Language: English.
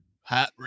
Hot